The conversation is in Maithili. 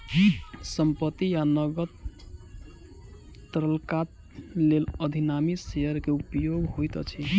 संपत्ति आ नकद तरलताक लेल अधिमानी शेयर के उपयोग होइत अछि